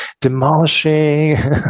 demolishing